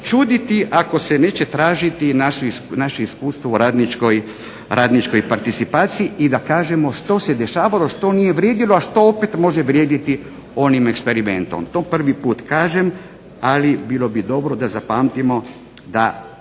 čuditi ako se neće tražiti naše iskustvu u radničkoj participaciji i da kažemo što se dešavalo, što nije vrijedilo a što može vrijediti u onim eksperimentom. To prvi put kažem ali bilo bi dobro da zapamtimo da